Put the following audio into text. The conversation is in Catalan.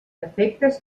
defectes